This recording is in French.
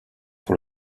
pour